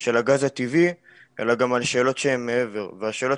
של הגז הטבעי אלא גם על שאלות שהן מעבר והשאלות